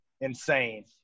insane